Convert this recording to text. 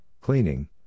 cleaning